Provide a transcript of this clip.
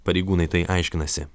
pareigūnai tai aiškinasi